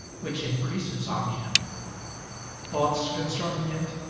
which increases on him thoughts concerning it,